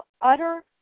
utter